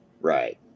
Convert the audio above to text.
Right